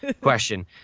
question